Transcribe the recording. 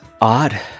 odd